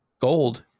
gold